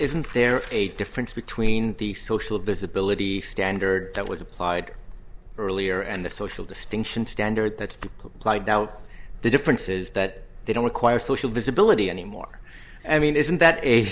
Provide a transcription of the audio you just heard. isn't there a difference between the social disability standard that was applied earlier and the social distinctions standard that played out the differences that they don't require social visibility anymore i mean isn't that a